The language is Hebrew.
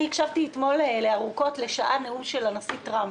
אני הקשבתי אתמול ארוכות לשעה נאום של הנשיא טראמפ.